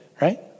right